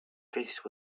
face